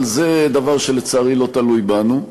אבל זה דבר שלצערי לא תלוי בנו.